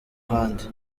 ahandi